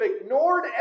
ignored